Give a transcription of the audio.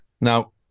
Now